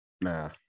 nah